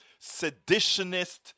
seditionist